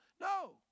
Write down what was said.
No